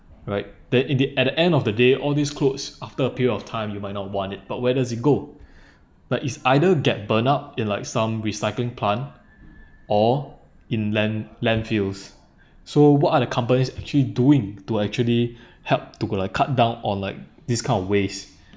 right that in the at the end of the day all these clothes after a period of time you might not want it but where does it go like it's either get burn up in like some recycling plant or inland landfills so what are the companies actually doing to actually help to like cut down on like this kind of waste